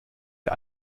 der